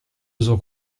uso